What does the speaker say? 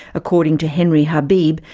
according to henri habib,